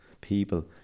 people